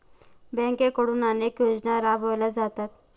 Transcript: बँकांकडून अनेक योजना राबवल्या जातात